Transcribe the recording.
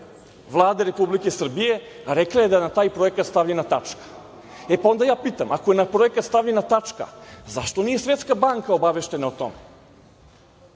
Vlade Republike Srbije rekla je da je na taj projekat stavljena tačka. E pa, onda ja pitam – ako je na projekat stavljena tačka, zašto nije Svetska banka obaveštena o tome?